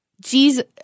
Jesus